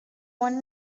want